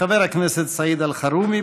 חבר הכנסת סעיד אלחרומי,